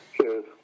Cheers